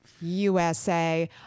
USA